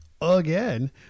again